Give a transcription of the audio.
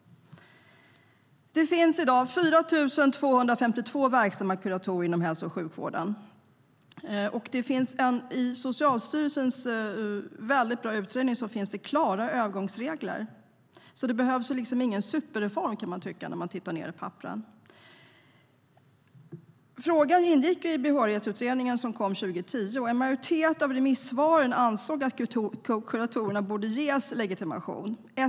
Det finns 4 252 verksamma kuratorer inom hälso och sjukvården. I Socialstyrelsens utmärkta utredning finns det klara övergångsregler, så man kan tycka att det inte behövs någon superreform. Frågan ingick i den behörighetsutredning som kom 2010. En majoritet av remissinstanserna ansåg att kuratorerna borde ges legitimation.